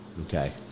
Okay